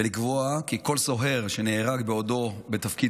ולקבוע כי כל סוהר שנהרג בעודו בתפקיד